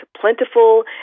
plentiful